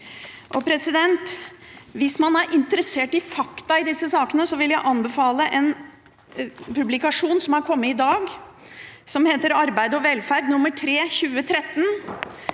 mer. Hvis man er interessert i fakta i disse sakene, vil jeg anbefale en publikasjon som har kommet i dag, som heter Arbeid og velferd nr. 3-2013,